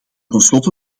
tenslotte